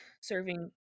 serving